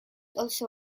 also